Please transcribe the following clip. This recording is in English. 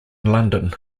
london